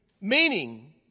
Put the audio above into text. meaning